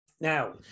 now